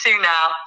now